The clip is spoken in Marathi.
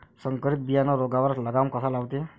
संकरीत बियानं रोगावर लगाम कसा लावते?